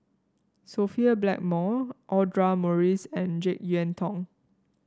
Sophia Blackmore Audra Morrice and JeK Yeun Thong